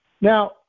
Now